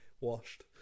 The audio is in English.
washed